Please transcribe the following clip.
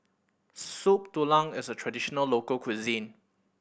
Soup Tulang is a traditional local cuisine